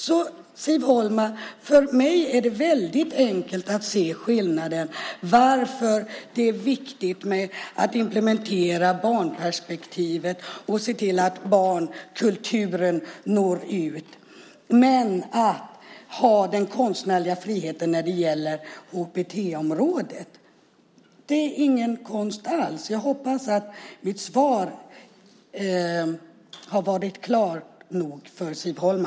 Siv Holma, för mig är det alltså väldigt enkelt att se skillnaden och att inse varför det är viktigt att implementera barnperspektivet och att se till att barnkulturen når ut. Men det gäller att ha den konstnärliga friheten när det gäller HBT-området. Det är ingen konst alls. Jag hoppas att mitt svar är klart nog för Siv Holma.